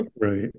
right